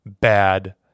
bad